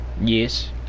yes